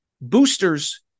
boosters